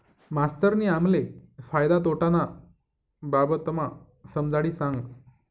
मास्तरनी आम्हले फायदा तोटाना बाबतमा समजाडी सांगं